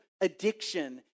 addiction